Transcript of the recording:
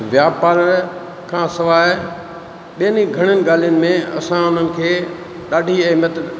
व्यापार खां सवाइ ॿियनि ई घणिन ॻाल्हियुनि में असां उन्हनि खे ॾाढी ऐं नत